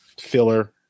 filler